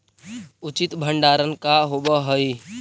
उचित भंडारण का होव हइ?